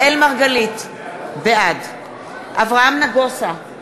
בעד אברהם נגוסה,